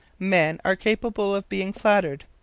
men are capable of being flattered.